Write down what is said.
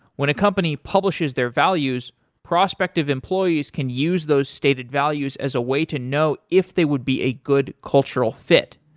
when a company publishes their values, prospective employees can use those stated values as a way to know if they would be a good cultural fit.